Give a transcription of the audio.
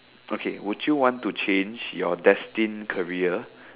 okay would you want to change your destined career